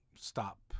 stop